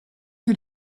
que